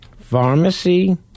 Pharmacy